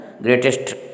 Greatest